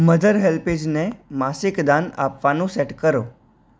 mother હેલ્પેજને માસિક દાન આપવાનું સેટ કરો